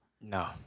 No